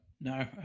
no